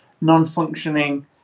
non-functioning